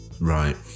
Right